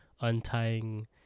untying